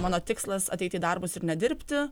mano tikslas ateit į darbus ir nedirbti